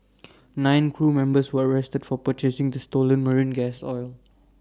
nine crew members were arrested for purchasing the stolen marine gas oil